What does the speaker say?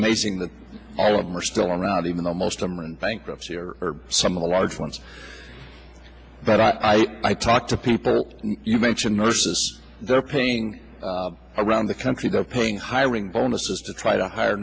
amazing that all of them are still around even though most them are in bankruptcy or some of the large ones that i i talk to people you mention nurses they're paying around the country they're paying hiring bonuses to try to hire